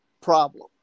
problem